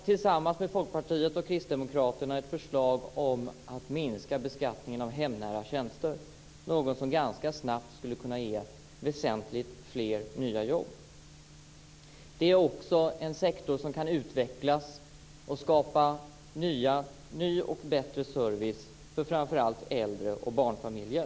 Tillsammans med Folkpartiet och Kristdemokraterna har vi lagt fram ett förslag om att man skall minska beskattningen av hemnära tjänster, något som ganska snabbt skulle kunna ge väsentligt fler nya jobb. Det är också en sektor som kan utvecklas och skapa ny och bättre service för framför allt äldre och barnfamiljer.